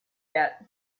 yet